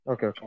Okay